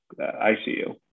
ICU